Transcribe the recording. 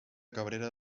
cabrera